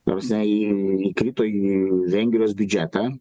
ta prasme į įkrito į vengrijos biudžetą